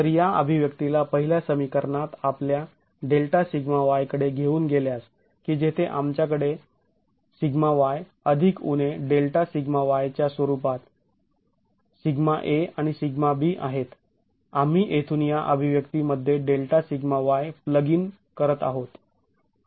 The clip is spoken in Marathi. तर ह्या अभिव्यक्तीला पहिल्या समीकरणात आपल्या Δσy कडे घेऊन गेल्यास की जेथे आमच्याकडे σy ± Δσy च्या स्वरूपात σa आणि σb आहेत आम्ही येथून या अभिव्यक्ती मध्ये delta sigma y plug in करत आहोत